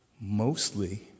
mostly